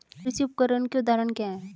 कृषि उपकरण के उदाहरण क्या हैं?